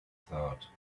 thought